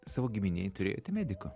savo giminėj turėjote medikų